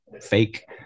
fake